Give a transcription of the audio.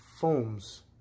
foams